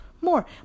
more